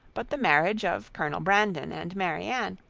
but the marriage of colonel brandon and marianne,